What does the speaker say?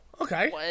okay